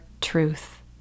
truth